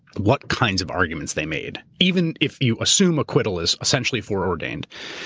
what kinds of arguments they made. even if you assume acquittal is essentially foreordained.